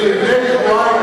שלפני שבועיים,